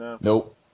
Nope